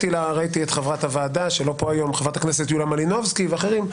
כמו שראיתי היום את חברת הכנסת יוליה מלינובסקי ואחרים,